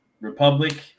Republic